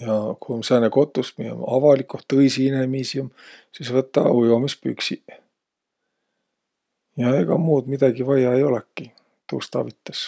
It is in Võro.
Ja ku um sääne kotus, miä um avalik, koh tõisi inemiisi um, sis võta ujomispüksiq. Ja egaq muud midägi vaia ei olõki. Tuust avitas.